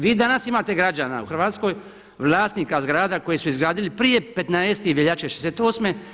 Vi danas imate građana u Hrvatskoj, vlasnika zgrada koji su izgradili prije 15. veljače '68.